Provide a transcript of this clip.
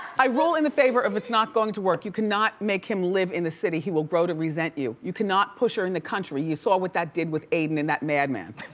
i rule in the favor of it's not going to work. you cannot make him live in the city. he will grow to resent you. you cannot push her in the country. you saw what that did with aiden and that madman.